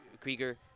Krieger